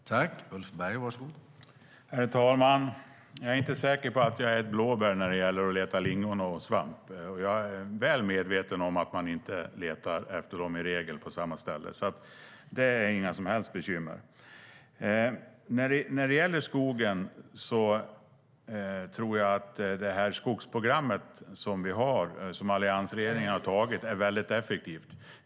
STYLEREF Kantrubrik \* MERGEFORMAT Areella näringar, landsbygd och livsmedelNär det gäller skogen tror jag att det skogsprogram som vi har som alliansregeringen har antagit är väldigt effektivt.